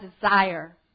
desire